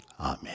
Amen